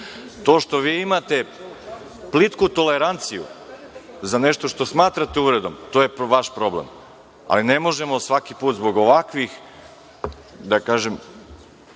To što vi imate plitku toleranciju za nešto što smatrate uvredom, to je vaš problem. Ali ne možemo svaki put zbog ovakvih, da kažem,